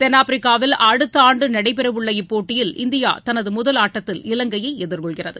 தென்னாப்பிரிக்காவில் அடுத்த ஆண்டு நடைபெறவுள்ள இப்போட்டியில் இந்தியா தனது முதல் ஆட்டத்தில் இலங்கையை எதிர்கொள்கிறது